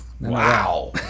Wow